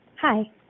Hi